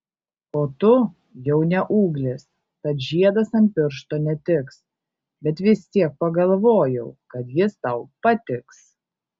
o tu jau ne ūglis tad žiedas ant piršto netiks bet vis tiek pagalvojau kad jis tau patiks